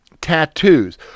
tattoos